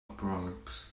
proverbs